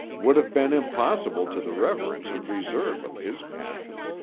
would have been impossible to the reverence and reserve of his passion.